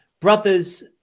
brother's